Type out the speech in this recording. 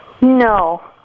No